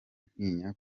ntinya